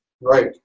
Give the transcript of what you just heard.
Right